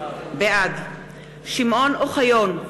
בעד שמעון אוחיון,